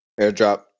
Airdrop